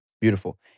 Beautiful